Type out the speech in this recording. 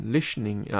Listening